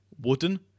Wooden